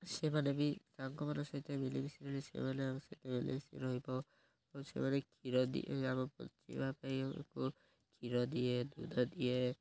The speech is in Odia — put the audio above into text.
ସେମାନେ ବି ମାନଙ୍କ ସହିତ ମିଳିମିଶି ରହିଲେ ସେମାନେ ଆମ ସେତେବେଳେ ସେ ରହିବ ଏବଂ ସେମାନେ କ୍ଷୀର ଦିଏ ଆମ ଯିବା ପାଇଁ ଙ୍କୁ କ୍ଷୀର ଦିଏ ଦୁଧ ଦିଏ